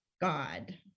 God